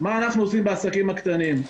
מה אנחנו עושים בעסקים הקטנים?